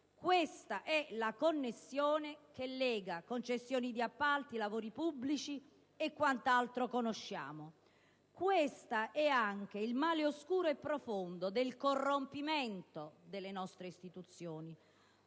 Questa è la connessione che lega concessioni di appalti, lavori pubblici e quanto altro conosciamo. Questo è anche il male oscuro e profondo del corrompimento delle nostre istituzioni.